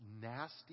nasty